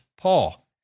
Paul